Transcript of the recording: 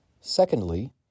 Secondly